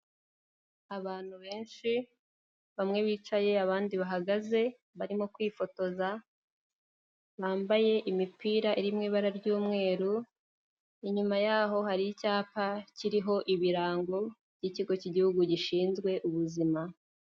Abantu benshi, bamwe bicaye abandi bahagaze, barimo kwifotoza, bambaye imipira iriri mu ibara ry'umweru, inyuma yaho hari icyapa kiriho ibirango by'Ikigo cy'Igihugu gishinzwe Ubuzima.